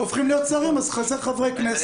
כי כל חברי הכנסת הופכים להיות שרים אז חסרים חברי כנסת.